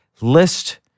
list